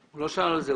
הוא לא שאל על זה.